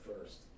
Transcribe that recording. first